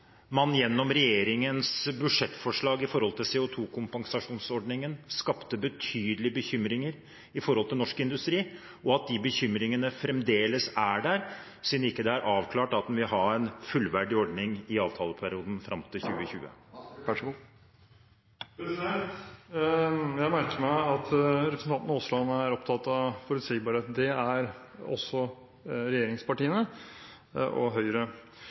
man gjennom regjeringens budsjettforslag når det gjelder CO2-kompensasjonsordningen, skapte betydelige bekymringer for norsk industri, og at de bekymringene fremdeles er der, siden det ikke er avklart at man vil ha en fullverdig ordning i avtaleperioden, fram til 2020? Jeg merker meg at representanten Aasland er opptatt av forutsigbarhet – det er også regjeringspartiene.